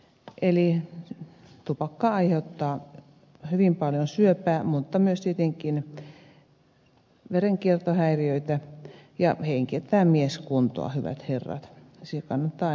eli tupakka aiheuttaa hyvin paljon syöpää mutta myös etenkin verenkiertohäiriöitä ja heikentää mieskuntoa hyvät herrat se kannattaa aina muistaa